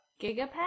GigaPet